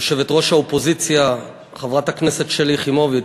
יושבת-ראש האופוזיציה חברת הכנסת שלי יחימוביץ,